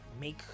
make